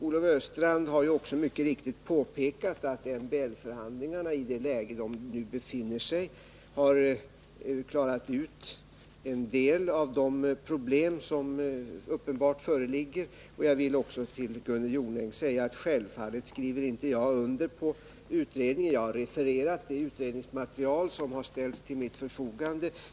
Olle Östrand har ju också mycket riktigt påpekat att MBL förhandlingarna, i det läge de nu befinner sig, har klarat ut en del av de problem som uppenbart föreligger. Jag vill också till Gunnel Jonäng säga, att jag självfallet inte skriver under på utredningen. Jag har refererat det utredningsmaterial som har ställts till mitt förfogande.